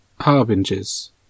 harbingers